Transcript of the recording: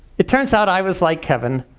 it turns out i was like kevin.